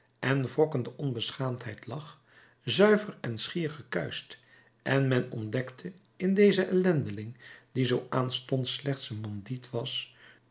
en wrokkende onbeschaamdheid lag zuiver en schier gekuischt en men ontdekte in dezen ellendeling die zoo aanstonds slechts een bandiet was